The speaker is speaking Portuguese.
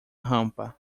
rampa